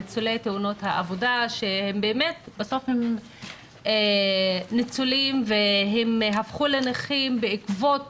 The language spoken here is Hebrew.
ניצולי תאונות העבודה שבסוף הם ניצולים והם הפכו לנכים בעקבות